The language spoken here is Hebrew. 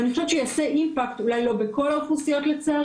אני חושבת שאולי זה לא ישפיע על כל האוכלוסיות לצערי,